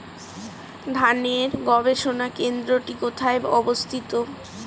ধানের গবষণা কেন্দ্রটি কোথায় অবস্থিত?